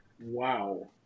wow